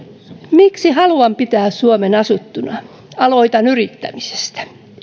miten haluan pitää suomen asuttuna aloitan yrittämisestä